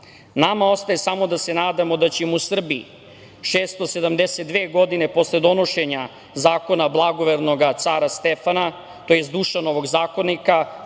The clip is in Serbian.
ostaje samo da se nadamo da ćemo u Srbiji 672 godine posle donošenja Zakona blagovernoga cara Stefana, tj. Dušanovog zakonika,